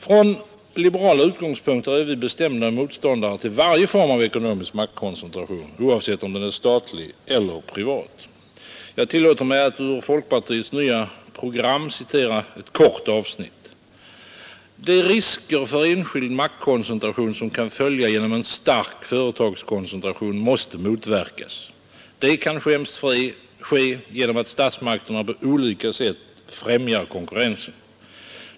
Från liberala utgångspunkter är vi bestämda motståndare till varje form av ekonomisk maktkoncentration — oavsett om den är statlig eller privat. Jag tillåter mig att ur folkpartiets nya partiprogram citera följande avsnitt: ”De risker för enskild maktkoncentration som kan följa genom en stark företagskoncentration måste motverkas. Det kan främst ske genom att statsmakterna på olika sätt främjar konkurrensen.